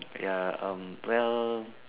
ya um well